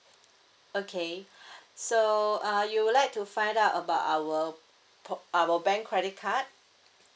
okay so uh you would like to find out about our our bank credit card